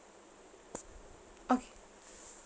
okay